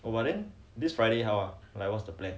but then this friday hor like what's the plan